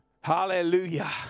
Hallelujah